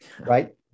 right